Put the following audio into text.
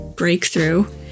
breakthrough